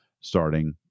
starting